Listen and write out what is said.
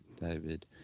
David